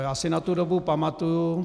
Já si na tu dobu pamatuji.